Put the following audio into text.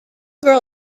girl